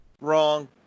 Wrong